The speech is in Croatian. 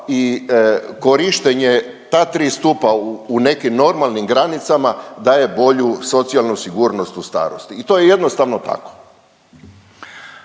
i korištenje ta tri stupa u nekim normalnim granicama daje bolju socijalnu sigurnost u starosti. I to je jednostavno tako.